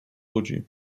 łudzi